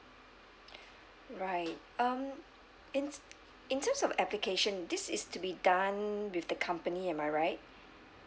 right um in in terms of application this is to be done with the company am I right